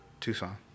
Tucson